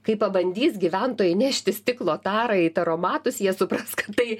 kai pabandys gyventojai nešti stiklo tarą į taromatus jie supras kad tai